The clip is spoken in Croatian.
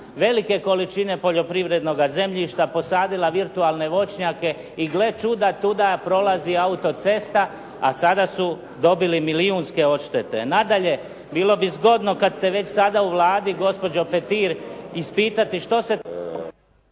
velike količine poljoprivrednoga zemljišta, posadila virtualne voćnjake i gle čuda, tuda prolazi autocesta a sada su dobili milijunske odštete. Nadalje, bilo bi zgodno kad ste već sada u Vladi, gospođo Petir, ispitati što se